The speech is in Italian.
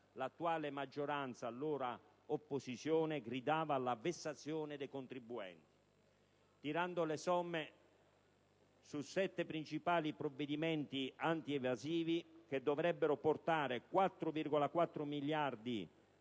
l'attuale maggioranza, allora opposizione, gridava alla vessazione dei contribuenti. Tirando le somme, però, su 7 principali provvedimenti antievasivi che dovrebbero portare 4,4 miliardi